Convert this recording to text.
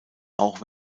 auch